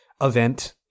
event